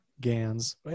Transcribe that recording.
Gans